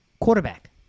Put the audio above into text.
quarterback